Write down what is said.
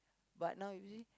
but now you see